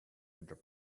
under